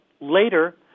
later